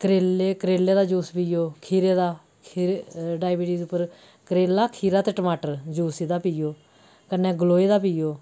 करेले करेले दा जूस पियो खीरे दा खीरे डाइबिटीज उप्पर करेला खीरा ते टमाटर जूस ओह्दा पियो कन्नै गिलोए दा पियो